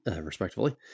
respectively